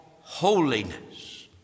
holiness